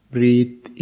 Breathe